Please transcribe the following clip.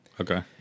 Okay